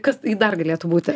kas dar galėtų būti